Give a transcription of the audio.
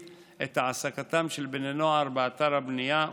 את העסקתם של בני נוער באתר הבנייה,